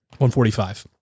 145